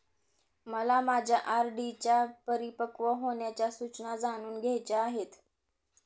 मला माझ्या आर.डी च्या परिपक्व होण्याच्या सूचना जाणून घ्यायच्या आहेत